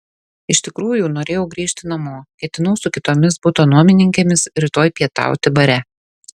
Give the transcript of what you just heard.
iš tikrųjų norėjau grįžti namo ketinau su kitomis buto nuomininkėmis rytoj pietauti bare